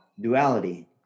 duality